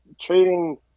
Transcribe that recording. trading